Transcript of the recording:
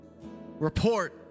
report